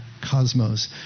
cosmos